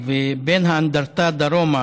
ובין האנדרטה דרומה,